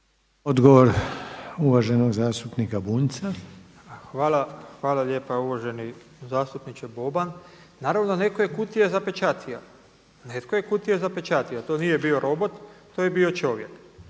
Branimir (Živi zid)** Hvala lijepa. Uvaženi zastupniče Boban. Naravno neko je kutije zapečatio, to nije bio robot, to je bio čovjek.